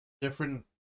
different